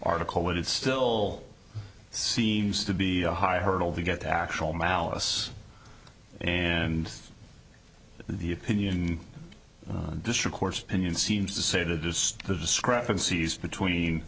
article and it still seems to be a high hurdle to get to actual malice and the opinion district court's opinion seems to say that is the discrepancies between